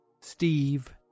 Steve